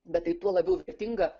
bet tai tuo labiau vertinga